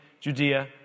Judea